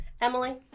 Emily